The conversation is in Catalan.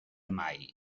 mai